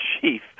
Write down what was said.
chief